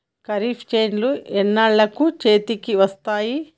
ఖరీఫ్ చేలు ఎన్నాళ్ళకు చేతికి వస్తాయి?